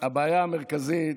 הבעיה המרכזית,